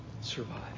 survive